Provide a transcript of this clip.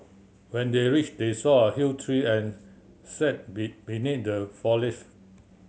when they reached they saw a huge tree and sat be beneath the foliage